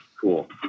cool